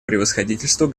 превосходительству